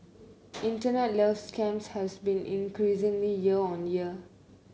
internet love scams has been increasingly year on year